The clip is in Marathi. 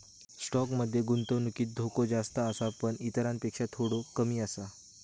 स्टॉक मध्ये गुंतवणुकीत धोको जास्त आसा पण इतरांपेक्षा थोडो कमी आसा